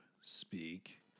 speak